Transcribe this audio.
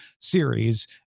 series